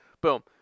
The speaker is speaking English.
Boom